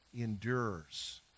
endures